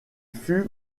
fut